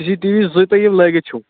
C C T V زٕ یِم تۅہہِ لٲگِتھ چھِو